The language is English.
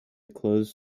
closed